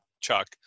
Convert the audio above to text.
Chuck